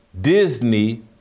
Disney